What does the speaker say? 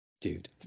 Dude